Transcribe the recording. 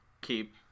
keep